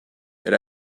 elle